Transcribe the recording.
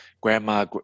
grandma